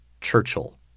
Churchill